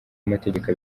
amategeko